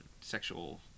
sexual